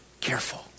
Careful